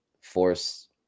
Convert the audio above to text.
force